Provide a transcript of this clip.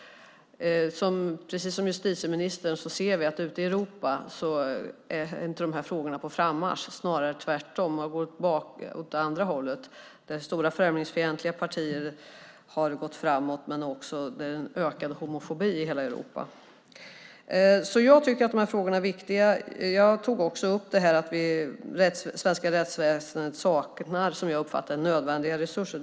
Precis som justitieministern sade ser vi att dessa frågor knappast är på frammarsch i Europa, snarare tvärtom. Stora främlingsfientliga partier har gått framåt och homofobin ökar i hela Europa. Dessa frågor är därför viktiga. Jag tog också upp att det svenska rättsväsendet, som jag uppfattar det, saknar nödvändiga resurser.